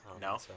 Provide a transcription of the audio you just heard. No